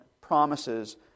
promises